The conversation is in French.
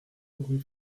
rue